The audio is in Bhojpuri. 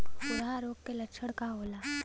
खुरहा रोग के लक्षण का होला?